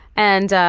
and